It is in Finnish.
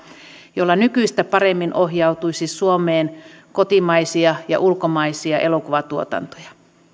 jolla nykyistä paremmin ohjautuisi suomeen kotimaisia ja ulkomaisia elokuvatuotantoja